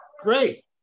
great